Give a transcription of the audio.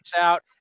out